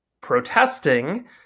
protesting